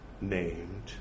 named